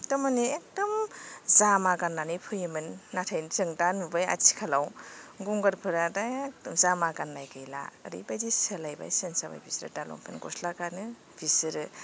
थामानि एगदम जामा गान्नानै फैयोमोन नाथाय जों दा नुबाय आथिखालाव गंगारफोरा दा जामा गान्नाय गैला ओरैबायदि सोलायबाय सेन्च जाबाय बिस्रो दा लंफेन गस्ला गानो बिसोरो